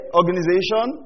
organization